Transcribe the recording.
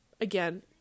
Again